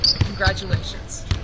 Congratulations